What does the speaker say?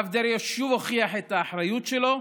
הרב דרעי הוכיח שוב את האחריות שלו,